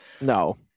no